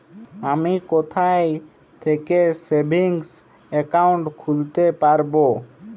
আমি কোথায় থেকে সেভিংস একাউন্ট খুলতে পারবো?